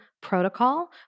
protocol